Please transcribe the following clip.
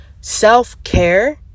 self-care